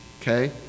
okay